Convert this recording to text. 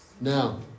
Now